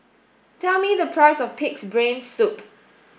tell me the price of pig's brain soup